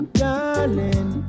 darling